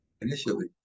initially